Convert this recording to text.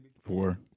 four